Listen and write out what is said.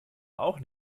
auch